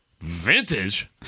vintage